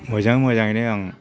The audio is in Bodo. मोजां मोजाङैनो आं